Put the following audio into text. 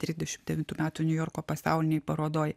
trisdešim devintų metų niujorko pasaulinėj parodoj